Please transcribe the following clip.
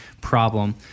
problem